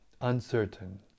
uncertain